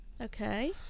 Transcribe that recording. Okay